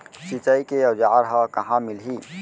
सिंचाई के औज़ार हा कहाँ मिलही?